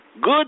Good